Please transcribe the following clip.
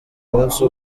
umunsi